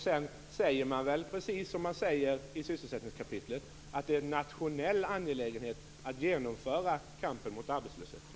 Sedan sade man väl, precis som det sägs i sysselsättningskapitlet, att det är en nationell angelägenhet att genomföra kampen mot arbetslösheten.